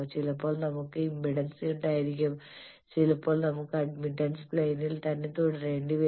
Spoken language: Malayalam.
ചിലപ്പോൾ നമുക്ക് ഇംപഡൻസ് ഉണ്ടായിരിക്കണം ചിലപ്പോൾ നമുക്ക് അഡ്മിറ്റൻസ് പ്ലെയിനിൽ തന്നെ തുടരേണ്ടി വരും